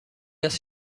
است